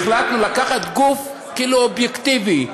החלטנו לקחת גוף כאילו אובייקטיבי,